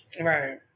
right